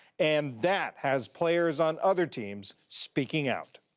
and that has players on other teams speaking out.